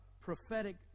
prophetic